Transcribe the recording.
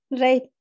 Right